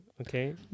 okay